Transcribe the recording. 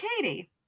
Katie